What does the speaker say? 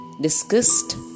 discussed